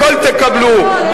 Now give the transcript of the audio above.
הכול תקבלו,